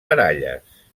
baralles